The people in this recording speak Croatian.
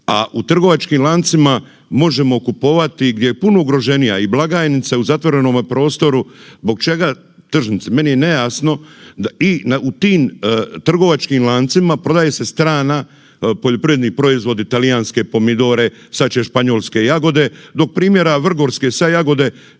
a u trgovačkim lancima možemo kupovati gdje je puno ugroženija i blagajnica u zatvorenome prostoru, zbog čega tržnice, meni je nejasno, i u tim trgovačkim lancima prodaje se strana, poljoprivredni proizvodi talijanske pomidore, sad će španjolske jagode, dok primjera vrgorske sad jagode